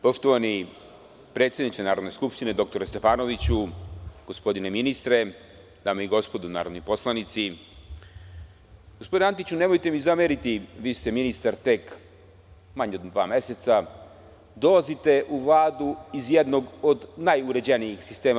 Poštovani predsedniče Narodne skupštine, doktore Stefanoviću, gospodine ministre, dame i gospodo narodni poslanici, gospodine Antiću, nemojte mi zameriti, vi ste ministar tek manje od dva meseca, dolazite u Vladu iz jednog od najuređenijih sistema.